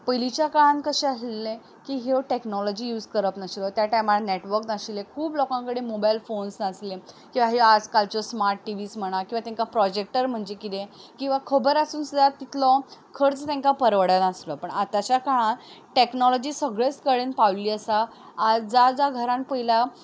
पयलींच्या काळान कशें आसलें ह्यो टॅक्नोलॉजी यूज करप नाशिल्ल्यो त्या टायमार नेटवर्क नाशिल्ले खूब लोकां कडेन मोबायल फोन्स नासले ह्यो आज कालच्यो स्माट टिवीज म्हणा किंवा तांकां प्रोजेक्टर जे किदें किंवां खबर आसून सुद्दां तितलो खर्च तांकां परवडना नासलो पूण आतांच्या काळान टॅक्नोलॉजी सगळेच कडेन पाविल्ली आसा आज ज्या ज्या घरान पयला